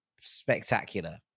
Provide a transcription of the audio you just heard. spectacular